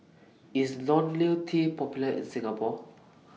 IS Ionil T Popular in Singapore